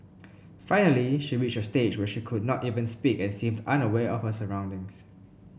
finally she reached a stage when she could not even speak and seemed unaware of her surroundings